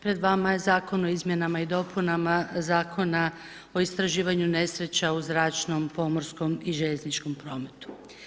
Pred vama je zakon o izmjenama i dopunama Zakona o istraživanju nesreća u zračnom, pomorskom i željezničkom prometu.